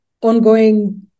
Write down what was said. ongoing